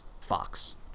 Fox